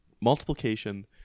multiplication